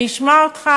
אני אשמע אותך,